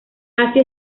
así